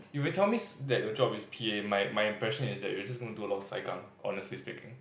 if you tell me s~ that your job is p_a my my impression is that you're just gonna do a lot of sai-kang honestly speaking